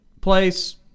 place